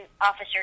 officer